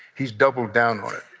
he's doubled down on it.